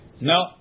No